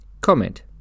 Comment